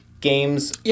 games